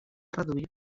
reduir